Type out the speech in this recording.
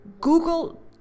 Google